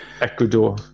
Ecuador